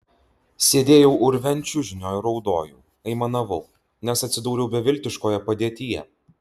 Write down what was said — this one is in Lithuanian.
sėdėjau urve ant čiužinio ir raudojau aimanavau nes atsidūriau beviltiškoje padėtyje